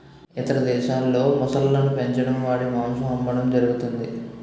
ఇతర దేశాల్లో మొసళ్ళను పెంచడం వాటి మాంసం అమ్మడం జరుగుతది